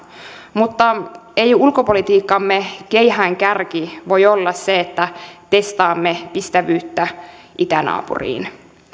mutta ei ulkopolitiikkamme keihäänkärki voi olla se että testaamme ystävyyttä itänaapuriin